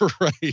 Right